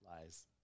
Lies